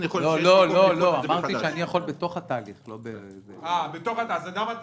זה דבר שאתה יכול לעשות לא, לא.